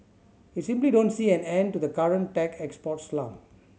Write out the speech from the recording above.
I simply don't see an end to the current tech export slump